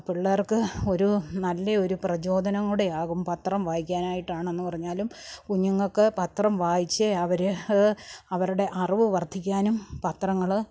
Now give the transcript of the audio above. പിള്ളേർക്ക് ഒരു നല്ല ഒരു പ്രചോദനം കൂടെ ആകും പത്രം വായിക്കാനായിട്ടാണെന്ന് പറഞ്ഞാലും കുഞ്ഞുങ്ങൾക്ക് പത്രം വായിച്ച് അവർ അവരുടെ അറിവ് വർദ്ധിക്കാനും പത്രങ്ങൾ